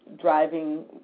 driving